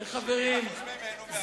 חברים,